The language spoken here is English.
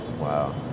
Wow